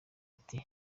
ati